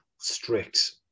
strict